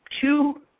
two